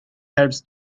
helps